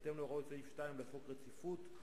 בהתאם להוראות סעיף 2 לחוק הרציפות,